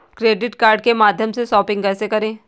Credit card के माध्यम से शॉपिंग कैसे करें?